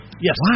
Yes